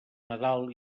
nadal